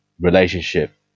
relationship